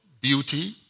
beauty